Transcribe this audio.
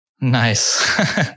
Nice